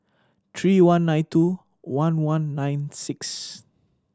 three one nine two one one nine six